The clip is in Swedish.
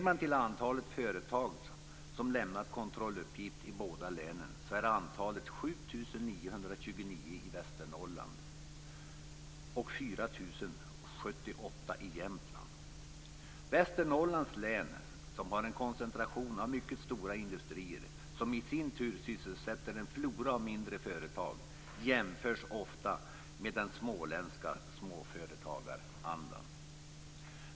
Sett till antalet företag som lämnat kontrolluppgift i båda länen är antalet 7 929 i Västernorrlands län och 4 078 i Jämtlands län. Västernorrlands län - som har en koncentration av mycket stora industrier, som i sin tur sysselsätter en flora av mindre företag - jämförs ofta med den småländska småföretagarandan.